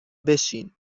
بشین